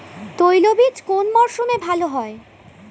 তৈলবীজ কোন মরশুমে ভাল হয়?